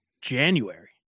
January